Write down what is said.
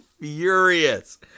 furious